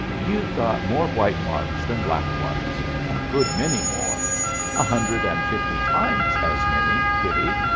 you've got more white marks than black ones a good many more a hundred and fifty times as many, kiddie.